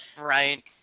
Right